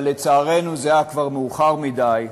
אבל, לצערנו, זה היה כבר מאוחר מדי,